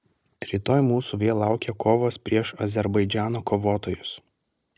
rytoj mūsų vėl laukia kovos prieš azerbaidžano kovotojus